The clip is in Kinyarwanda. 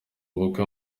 ubukwe